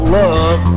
love